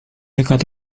dekat